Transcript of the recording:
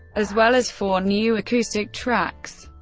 as well as four new acoustic tracks.